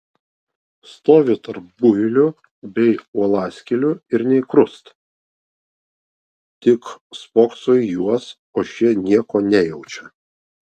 stovi tarp builių bei uolaskėlių ir nė krust tik spokso į juos o šie nieko nejaučia